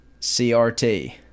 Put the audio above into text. CRT